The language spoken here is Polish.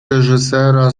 reżysera